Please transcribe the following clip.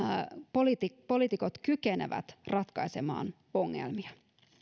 poliitikot kykenevät ratkaisemaan ongelmia